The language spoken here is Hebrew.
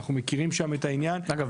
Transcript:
אנחנו מכירים שם את העניין --- אגב,